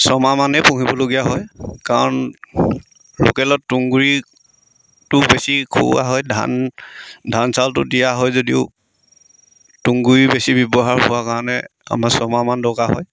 ছমাহমানেই পুহিবলগীয়া হয় কাৰণ লোকেলত তুঁহগুড়িটো বেছি খুওৱা হয় ধান ধান চাউলটো দিয়া হয় যদিও তুঁহগুড়ি বেছি ব্যৱহাৰ কৰা কাৰণে আমাৰ ছমাহমান দৰকাৰ হয়